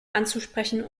anzusprechen